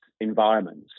environments